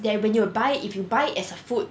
that when you buy if you buy it as a food